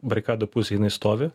barikadų pusėj jinai stovi